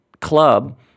club